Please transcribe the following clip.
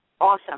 awesome